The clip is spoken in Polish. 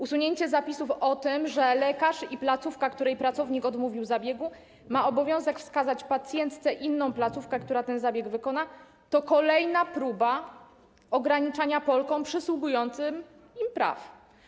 Usunięcie zapisów o tym, że lekarz i placówka, której pracownik odmówił zabiegu, mają obowiązek wskazać pacjentce inną placówkę, która ten zabieg wykona, to kolejna próba ograniczania Polkom przysługujących im praw.